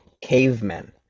cavemen